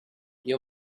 you